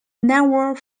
never